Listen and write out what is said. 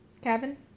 cabin